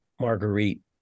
Marguerite